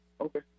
Okay